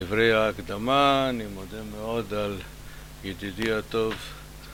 דיברי ההקדמה, אני מודה מאוד על ידידי הטוב